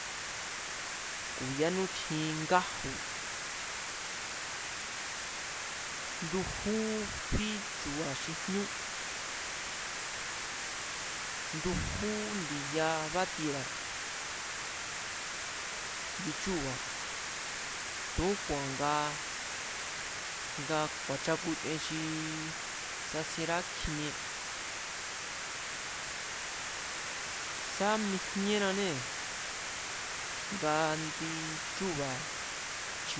Ku̱ yánú tjin ngaju̱, ndujú fí chu̱ba̱ xi jñú, ndujú ndi̱ya bátiera̱ indi chúu̱ba̱ tu̱úku̱a̱n nga, nga ku̱a̱chakuten xii sasienrá kjinie, sá mijíénnanée̱ nga indi chúu̱ba̱ chi̱.